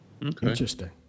Interesting